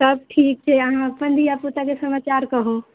सब ठीक छै अहाँ अपन धिआ पुताके समाचार कहू